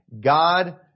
God